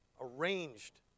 arranged